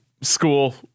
school